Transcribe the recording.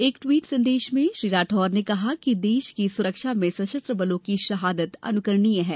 एक टिवट संदेश में श्री राठोड ने कहा है कि देश की सुरक्षा में सशस्त्र बलों की शहादत अनुकरणीय है